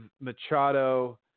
Machado